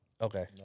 Okay